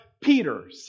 Peter